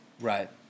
Right